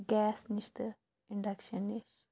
gas نِش تہٕ induction نِش